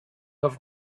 have